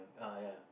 uh yeah